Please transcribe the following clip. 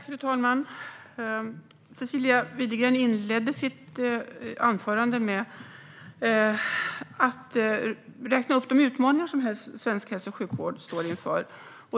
Fru talman! Cecilia Widegren inledde sitt anförande med att räkna upp de utmaningar som svensk hälso och sjukvård står inför.